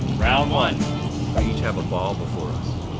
round one. we each have a ball before us.